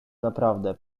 naprawdę